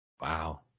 Wow